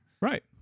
Right